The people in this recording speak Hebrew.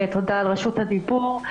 תודה על רשות הדיבור.